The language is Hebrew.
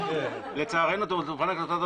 לצערנו אולפן הקלטות וידאו,